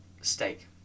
Steak